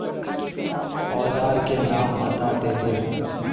औजार के नाम बता देथिन?